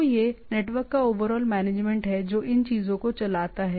तो यह नेटवर्क का ओवरऑल मैनेजमेंट है जो इन चीजों को चलाता है